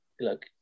look